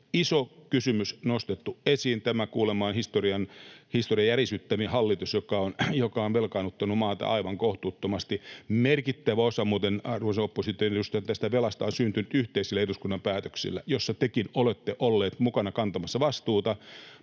iso kysymys nostettu esiin. Tämä kuulemma on historian järisyttävin hallitus, joka on velkaannuttanut maata aivan kohtuuttomasti. Merkittävä osa muuten, arvoisat opposition edustajat, tästä velasta on syntynyt yhteisillä eduskunnan päätöksillä, joissa tekin olette olleet mukana kantamassa vastuuta.